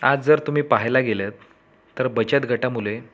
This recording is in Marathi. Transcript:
आज जर तुम्ही पाहायला गेलंत तर बचत गटामुळे